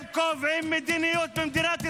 הם קובעים מדיניות במדינת ישראל,